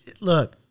Look